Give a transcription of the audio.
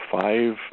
five